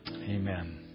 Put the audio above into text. Amen